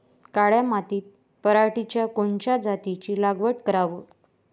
काळ्या मातीत पराटीच्या कोनच्या जातीची लागवड कराव?